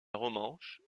romanche